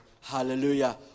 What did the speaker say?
Hallelujah